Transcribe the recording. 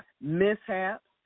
mishaps